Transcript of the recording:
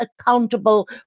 accountable